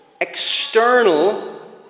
external